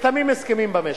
שנחתמים הסכמים במשק,